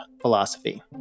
philosophy